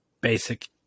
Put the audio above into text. basic